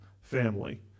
family